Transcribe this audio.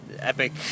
Epic